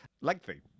Lengthy